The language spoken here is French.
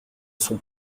sont